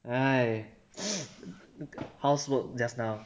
!hais! how's work just now